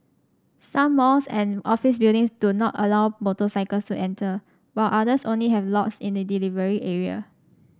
some malls and office buildings do not allow motorcycles to enter while others only have lots in the delivery area